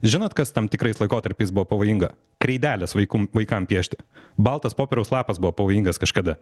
žinot kas tam tikrais laikotarpiais buvo pavojinga kreidelės vaikum vaikam piešti baltas popieriaus lapas buvo pavojingas kažkada